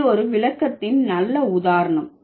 இது ஒரு விளக்கத்தின் நல்ல உதாரணம்